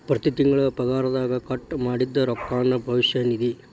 ಪ್ರತಿ ತಿಂಗಳು ಪಗಾರದಗ ಕಟ್ ಮಾಡಿದ್ದ ರೊಕ್ಕಾನ ಭವಿಷ್ಯ ನಿಧಿ